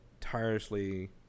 tirelessly